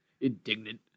Indignant